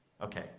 Okay